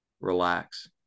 relax